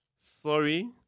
sorry